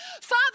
Father